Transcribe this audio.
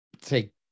take